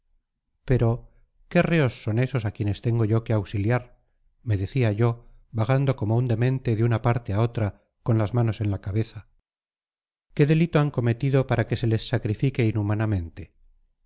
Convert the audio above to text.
pero qué reos son esos a quienes tengo yo que auxiliar me decía yo vagando como un demente de una parte a otra con las manos en la cabeza qué delito han cometido para que se les sacrifique inhumanamente